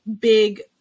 big